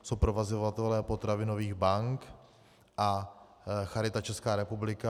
Jsou to provozovatelé potravinových bank a Charita Česká republika.